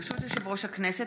ברשות יושב-ראש הכנסת,